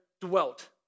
dwelt